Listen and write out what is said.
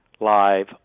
Live